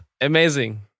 amazing